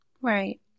Right